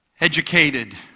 Educated